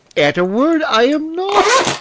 at a word, i am not.